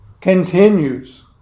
continues